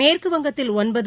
மேற்குவங்கத்தில் ஒன்பது